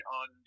on